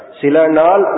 silanal